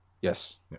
yes